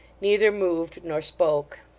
neither moved nor spoke.